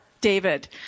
David